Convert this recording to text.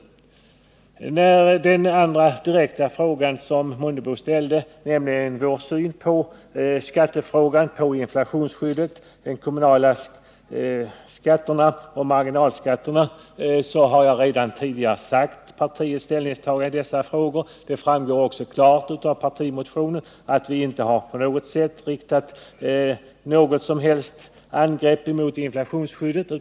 Vad beträffar den andra direkta fråga som herr Mundebo ställde, nämligen om vår syn på skattefrågan och inflationsskyddet, de kommunala skatterna och marginalskatterna, så har jag redan tidigare redogjort för partiets ställningstagande. Det framgår också klart av partimotionen att vi inte har riktat något som helst angrepp mot inflationsskyddet.